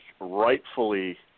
rightfully